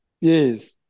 Yes